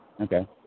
Okay